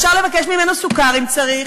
ואפשר לבקש ממנו סוכר אם צריך,